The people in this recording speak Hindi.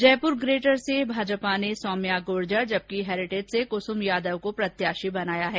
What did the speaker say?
जयपुर ग्रेटर से भाजपा ने सौम्या गुर्जर जबकि हेरिटेज से कुसुम यादव को प्रत्याशी बनाया है